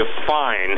define